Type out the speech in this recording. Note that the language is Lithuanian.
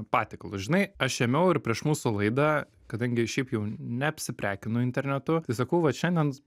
patiekalus žinai aš ėmiau ir prieš mūsų laidą kadangi šiaip jau neapsiprekinu internetu tai sakau va šiandien